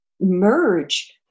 merge